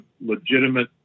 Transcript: legitimate